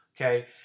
okay